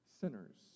sinners